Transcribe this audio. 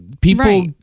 people